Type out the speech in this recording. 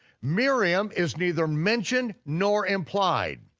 miriam is neither mentioned nor implied.